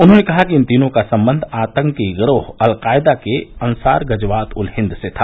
उन्होंने कहा कि इन तीनों का संबंध आतंकी गिरोह अलकायदा के अंसार गजवात उल हिन्द से था